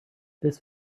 this